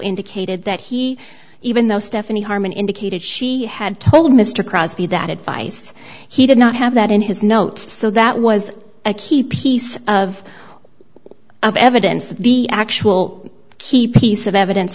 indicated that he even though stephanie harmon indicated she had told mr crosbie that advice he did not have that in his notes so that was a key piece of all of evidence that the actual key piece of evidence